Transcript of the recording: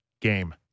game